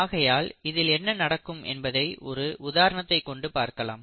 ஆகையால் இதில் என்ன நடக்கும் என்பதை ஒரு உதாரணத்தைக் கொண்டு பார்க்கலாம்